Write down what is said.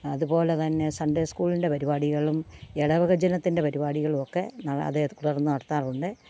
അതു പോലെ തന്നെ സൺഡേ സ്കൂളിൻ്റെ പരിപാടികളും ഇടവകജനത്തിൻ്റെ പരിപാടികളും ഒക്കെ അതേ തുടർന്ന് നടത്താറുണ്ട്